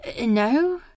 No